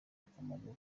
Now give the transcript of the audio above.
akamaro